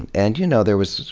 and and you know, there was,